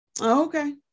Okay